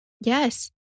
Yes